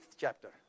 chapter